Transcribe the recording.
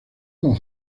con